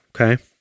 Okay